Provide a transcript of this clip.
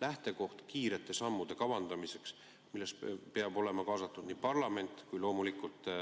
lähtekoht kiirete sammude kavandamiseks, millesse peab olema kaasatud parlament, ning loomulikult